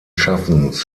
schaffens